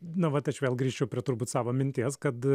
na vat aš vėl grįžčiau prie turbūt savo minties kad